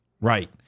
Right